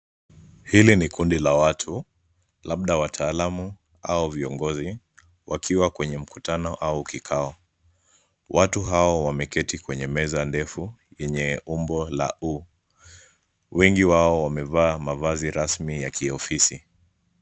Hili ni kundi la watu, labda wataalamu au viongozi, wakiwa kwenye mkutano au kikao. Watu hao wameketi kwenye meza ndefu, yenye umbo la U. Wengi wao wamevaa mavazi rasmi ya kiofisi.